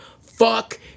Fuck